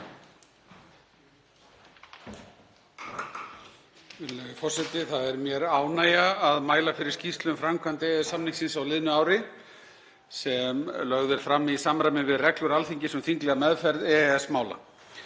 Það er mér ánægja að mæla fyrir skýrslu um framkvæmd EES-samningsins á liðnu ári sem lögð er fram í samræmi við reglur Alþingis um þinglega meðferð EES-mála.